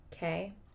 okay